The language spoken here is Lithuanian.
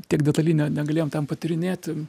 tiek detaliai ne negalėjom ten patyrinėti